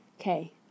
Okay